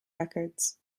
records